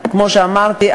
כמו שאמרתי,